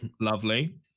lovely